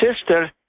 sister